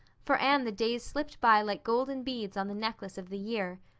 for anne the days slipped by like golden beads on the necklace of the year.